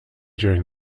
during